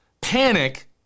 panic